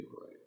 right